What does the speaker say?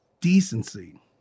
decency